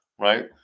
right